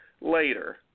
later